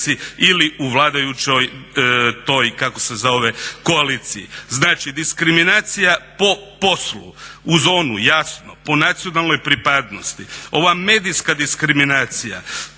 se zove koaliciji. Znači, diskriminacija po poslu uz onu jasno po nacionalnoj pripadnosti. Ova medijska diskriminacija